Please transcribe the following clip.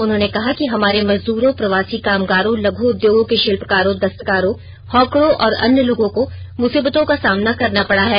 उन्होंने कहा कि हमारे मजदूरों प्रवासी कामगारों लघ् उद्योगों के शिल्पकारों दस्तकारों हॉकरों और अन्य लोगों को मुसीबतों का सामना करना पड़ा है